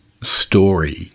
story